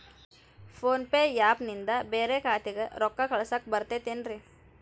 Phone pay app ನಿಂದ ಬ್ಯಾರೆ ಖಾತೆಕ್ ರೊಕ್ಕಾ ಕಳಸಾಕ್ ಬರತೈತೇನ್ರೇ?